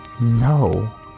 No